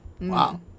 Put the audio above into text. wow